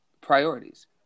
priorities